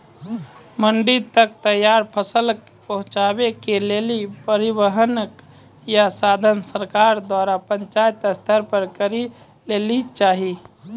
मंडी तक तैयार फसलक पहुँचावे के लेल परिवहनक या साधन सरकार द्वारा पंचायत स्तर पर करै लेली चाही?